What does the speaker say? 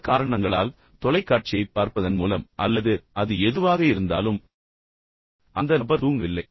சில காரணங்களால் தொலைக்காட்சியைப் பார்ப்பதன் மூலம் அல்லது அது எதுவாக இருந்தாலும் அந்த நபர் தூங்கவில்லை